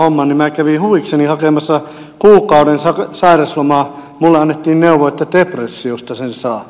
minä kävin huvikseni hakemassa kuukauden sairauslomaa ja minulle annettiin neuvo että depressiosta sen saa